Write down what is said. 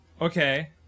Okay